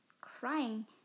crying